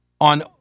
on